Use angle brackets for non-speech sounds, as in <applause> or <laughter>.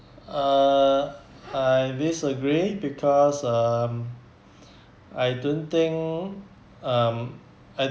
uh I disagree because um <breath> I don't think um I